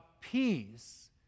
peace